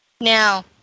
Now